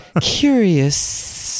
Curious